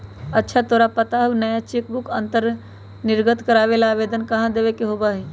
अच्छा तोरा पता हाउ नया चेकबुक निर्गत करावे ला आवेदन कहाँ देवे के होबा हई?